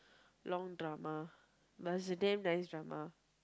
long drama but is a damm nice drama